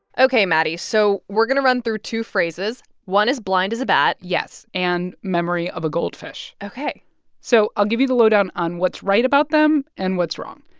ok, maddie, so we're going to run through two phrases. one is blind as a bat yes and memory of a goldfish ok so i'll give you the lowdown on what's right about them and what's wrong.